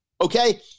okay